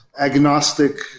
agnostic